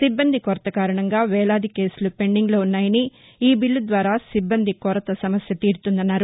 సిబ్బంది కొరత కారణంగా వేలాది కేసులు పెండింగ్ లో ఉన్నాయని ఈబిల్లు ద్వారా సిబ్బంది కొరత సమస్య తీరుతుందన్నారు